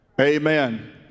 Amen